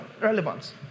relevance